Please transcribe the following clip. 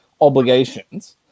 obligations